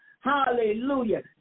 Hallelujah